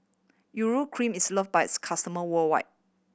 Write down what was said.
Urea Cream is loved by its customer worldwide